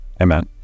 amen